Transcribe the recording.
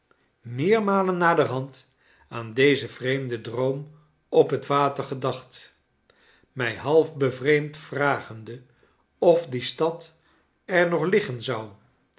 meermalen naderhand aandezenvreemden droom op het water gedacht mij half bevreemd vragende of die stad er nog liggen zou